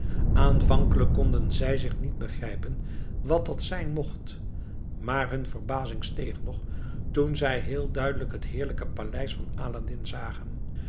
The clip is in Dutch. aanvankelijk konden zij zich niet begrijpen wat dat zijn mocht maar hun verbazing steeg nog toen zij heel duidelijk het heerlijke paleis van aladdin zagen